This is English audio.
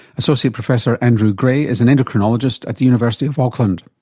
associate professor andrew grey is an endocrinologist at the university of auckland.